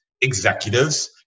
executives